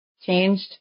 Changed